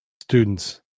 students